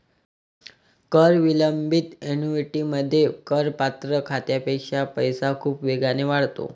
कर विलंबित ऍन्युइटीमध्ये, करपात्र खात्यापेक्षा पैसा खूप वेगाने वाढतो